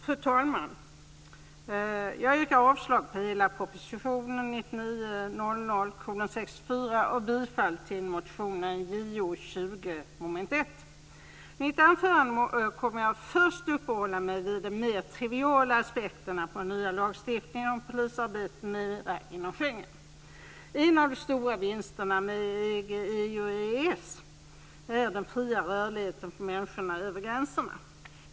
Fru talman! Jag yrkar avslag på hela propositionen 1999/2000:64 och bifall till motion Ju20 under mom. 1. I mitt anförande kommer jag först att uppehålla mig vid de mer triviala aspekterna av den nya lagstiftningen om polisarbete m.m. inom Schengen. En av de stora vinsterna med EG, EU och EES är den fria rörligheten för människorna över gränserna.